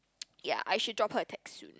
ya I should drop her a text soon